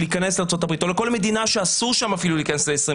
להיכנס לארצות הברית או לכל מדינה שאסור שם אפילו להיכנס לישראלים,